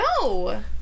No